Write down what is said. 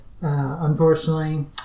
Unfortunately